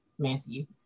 Matthew